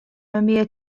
amir